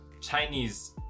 Chinese